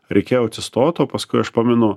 reikėjo atsistoti o paskui aš pamenu